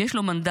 שיש לו מנדט